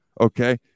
okay